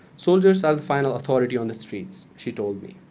soldiers are the final authority on the streets, she told me.